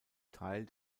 teil